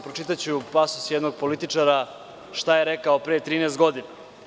Pročitaću pasus jednog političara šta je rekao pre 13 godina.